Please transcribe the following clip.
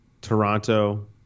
Toronto